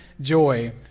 joy